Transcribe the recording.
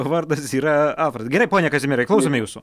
vardas yra alfredas gerai pone kazimierai klausome jūsų